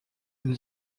une